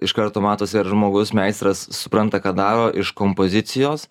iš karto matosi ar žmogus meistras supranta ką daro iš kompozicijos